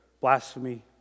blasphemy